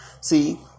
see